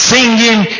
Singing